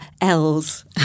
L's